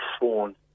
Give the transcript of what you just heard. phone